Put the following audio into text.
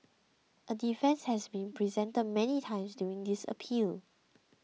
a defence has been presented many times during this appeal